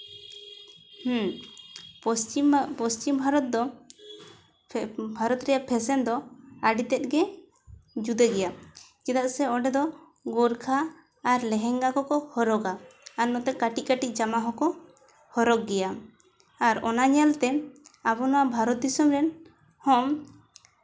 ᱦᱮᱸ ᱯᱚᱥᱪᱤᱢ ᱯᱚᱥᱪᱤᱢ ᱵᱷᱟᱨᱚᱛ ᱫᱚ ᱪᱮᱫ ᱵᱷᱟᱨᱚᱛ ᱨᱮᱭᱟᱜ ᱯᱷᱮᱥᱮᱱ ᱫᱚ ᱟᱹᱰᱤ ᱛᱮᱫ ᱜᱮ ᱡᱩᱫᱟᱹ ᱜᱮᱭᱟ ᱪᱮᱫᱟᱜ ᱥᱮ ᱚᱸᱰᱮ ᱫᱚ ᱜᱳᱨᱠᱷᱟ ᱟᱨ ᱞᱮᱦᱮᱝᱜᱟ ᱠᱚᱠᱚ ᱦᱚᱨᱚᱜᱟ ᱟᱨ ᱱᱚᱛᱮ ᱠᱟᱹᱴᱤᱪ ᱠᱟᱹᱴᱤᱪ ᱡᱟᱢᱟ ᱦᱚᱸᱠᱚ ᱦᱚᱨᱚᱜ ᱜᱮᱭᱟ ᱟᱨ ᱚᱱᱟ ᱧᱮᱞᱛᱮ ᱟᱵᱚ ᱱᱚᱣᱟ ᱵᱷᱟᱨᱚᱛ ᱫᱤᱥᱚᱢ ᱨᱮᱱ ᱦᱚᱸ